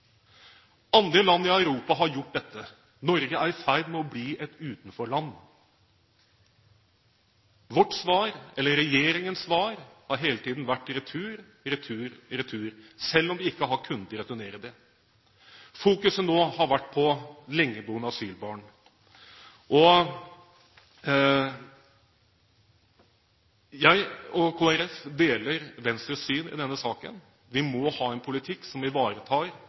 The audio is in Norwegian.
Andre land i Europa har gjort dette. Norge er i ferd med å bli et utenforland. Vårt svar – regjeringens svar – har hele tiden vært retur, retur, retur, selv om de ikke har kunnet returnere dem. Fokuset nå har vært på lengeboende asylbarn. Jeg og Kristelig Folkeparti deler Venstres syn i denne saken. Vi må ha en politikk som ivaretar